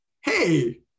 hey